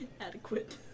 Adequate